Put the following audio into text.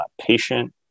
patient